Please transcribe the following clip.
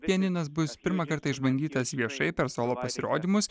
pianinas bus pirmą kartą išbandytas viešai per solo pasirodymus